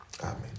Amen